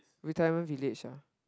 retirement village ah